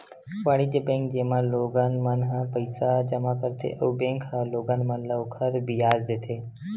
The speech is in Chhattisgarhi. वाणिज्य बेंक, जेमा लोगन मन ह पईसा जमा करथे अउ बेंक ह लोगन मन ल ओखर बियाज देथे